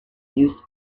use